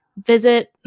visit